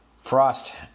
Frost